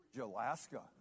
Alaska